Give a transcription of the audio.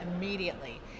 immediately